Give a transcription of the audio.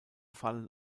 fallen